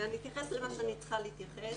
אני אתייחס למה שאני צריכה להתייחס,